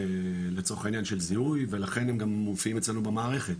של לצורך העניין של זיהוי ולכן הם גם מופיעים אצלנו במערכת,